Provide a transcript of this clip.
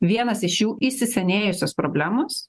vienas iš jų įsisenėjusios problemos